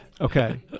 Okay